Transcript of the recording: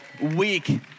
week